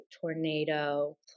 tornado